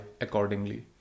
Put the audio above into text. accordingly